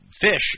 fish